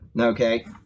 Okay